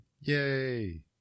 yay